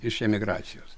iš emigracijos